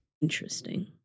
Interesting